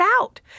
out